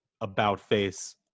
about-face